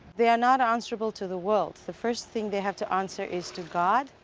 they are not answerable to the world. the first thing they have to answer is to god.